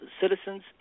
citizens